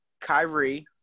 Kyrie